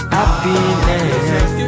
Happiness